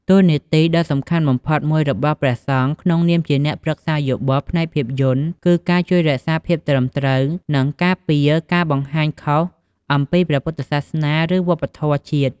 តួនាទីដ៏សំខាន់បំផុតមួយរបស់ព្រះសង្ឃក្នុងនាមជាអ្នកប្រឹក្សាយោបល់ផ្នែកភាពយន្ត គឺការ ជួយរក្សាភាពត្រឹមត្រូវ និងការពារការបង្ហាញខុស អំពីព្រះពុទ្ធសាសនា ឬវប្បធម៌ជាតិ។